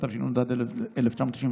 התשנ"ד 1994,